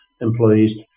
employees